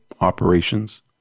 operations